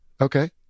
Okay